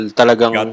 talagang